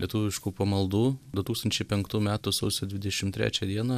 lietuviškų pamaldų du tūkstančiai penktų metų sausio dvidešim trečią dieną